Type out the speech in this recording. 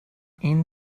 این